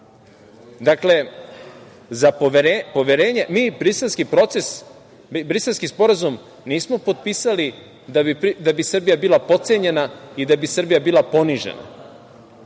taksi. Dakle, mi Briselski sporazum nismo potpisali da bi Srbija bila potcenjena i da bi Srbija bila ponižena.